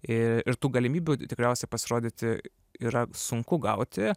ir tų galimybių tikriausia pasirodyti yra sunku gauti